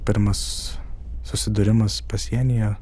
pirmas susidūrimas pasienyje